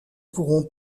pourront